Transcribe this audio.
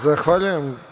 Zahvaljujem.